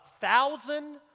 thousand